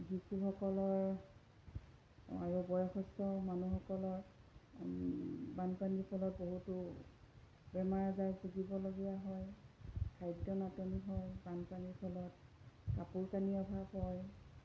শিশুসকলৰ আৰু বয়সস্থ মানুহসকলৰ বানপানীৰ ফলত বহুতো বেমাৰ আজাৰ ভুগিবলগীয়া হয় খাদ্য নাটনি হয় বানপানীৰ ফলত কাপোৰ পানী অভাৱ হয়